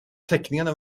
teckningarna